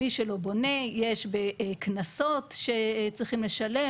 מי שלא בונה יש קנסות שצריכים לשלם.